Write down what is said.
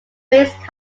faced